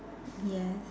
yes